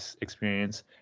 experience